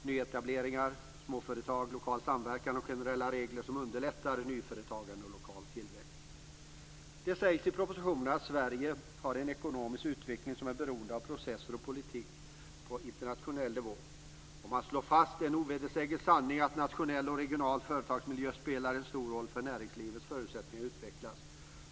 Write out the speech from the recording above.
Nyetableringar, småföretag, lokal samverkan och generella regler underlättar nyföretagande och lokal tillväxt. Det sägs i propositionen att Sverige har en ekonomisk utveckling som är beroende av processer och politik på en internationell nivå. Man slår fast en ovedersäglig sanning, att nationell och regional företagsmiljö spelar en stor roll för näringslivets förutsättningar att utvecklas.